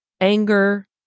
Anger